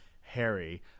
Harry